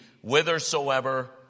whithersoever